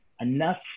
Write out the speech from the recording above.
enough